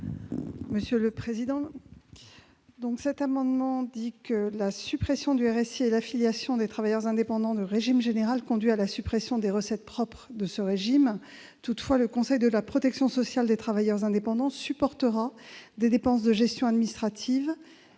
: La parole est à Mme la ministre. La suppression du RSI et l'affiliation des travailleurs indépendants au régime général conduit à la suppression des recettes propres de ce régime. Toutefois, le conseil de la protection sociale des travailleurs indépendants supportera des dépenses de gestion administrative